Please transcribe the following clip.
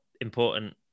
important